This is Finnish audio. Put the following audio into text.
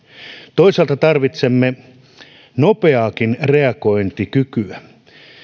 toisaalta tarvitsemme nopeaakin reagointikykyä